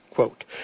Quote